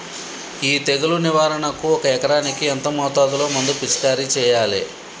ఈ తెగులు నివారణకు ఒక ఎకరానికి ఎంత మోతాదులో మందు పిచికారీ చెయ్యాలే?